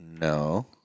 No